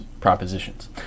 propositions